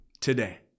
today